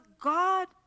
God